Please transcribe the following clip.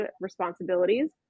responsibilities